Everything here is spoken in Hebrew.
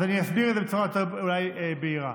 אז אני אסביר את זה בצורה אולי יותר בהירה.